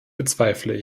bezweifle